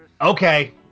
Okay